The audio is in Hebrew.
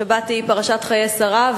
השבת היא פרשת חיי שרה,